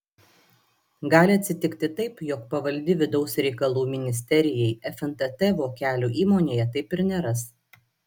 gali atsitikti taip jog pavaldi vidaus reikalų ministerijai fntt vokelių įmonėje taip ir neras